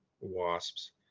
wasps